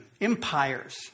empires